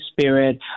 Spirit